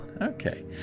Okay